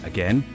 Again